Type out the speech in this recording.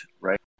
right